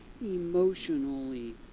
emotionally